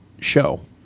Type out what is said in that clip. show